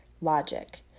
logic